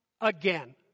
Again